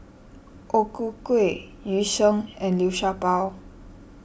O Ku Kueh Yu Sheng and Liu Sha Bao